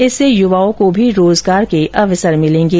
इससे युवाओं को भी रोजगार के अवसर मिलेंगे